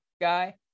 guy